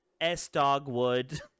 S-Dogwood